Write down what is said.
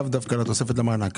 לאו דווקא על התוספת למענק,